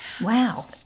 Wow